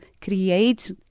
create